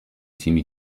تیمی